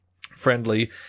friendly